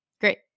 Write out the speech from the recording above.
Great